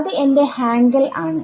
അത് എന്റെ ഹാങ്കെൽ ആണ്